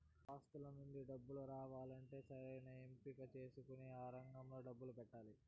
ఆస్తుల నుండి డబ్బు రావాలంటే సరైన ఎంపిక చేసుకొని ఆ రంగంలో డబ్బు పెట్టాలి